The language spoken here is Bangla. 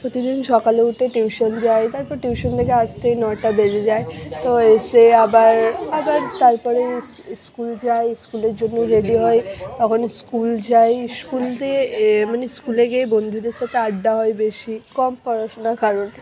প্রতিদিন সকালে উঠে টিউশন যাই তারপর টিউশন থেকে আসতেই নয়টা বেজে যায় তো এসে আবার আবার তারপরে স্কুল যাই স্কুলের জন্য রেডি হই তখন স্কুল যাই স্কুল থেকে এ মানে স্কুলে গিয়ে বন্ধুদের সাথে আড্ডা হয় বেশি কম পড়াশোনা কারণ